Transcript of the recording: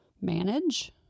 manage